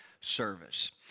service